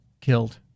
killed